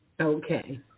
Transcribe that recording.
Okay